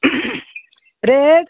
rate